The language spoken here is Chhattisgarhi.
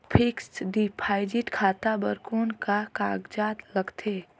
फिक्स्ड डिपॉजिट खाता बर कौन का कागजात लगथे?